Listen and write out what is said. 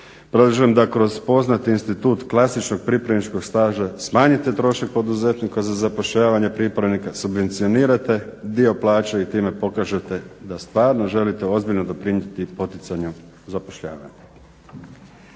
predlažem da kroz poznati institut klasičnog pripravničkog staža smanjite trošak poduzetnika za zapošljavanje pripravnika, subvencionirate dio plaće i time pokažete da stvarno želite ozbiljno doprinijeti poticanju zapošljavanja.